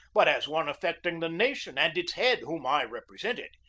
but as one affecting the nation and its head, whom i represented,